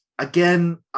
Again